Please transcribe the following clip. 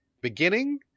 beginning